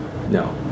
No